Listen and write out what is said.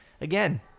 again